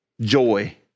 joy